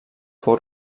fou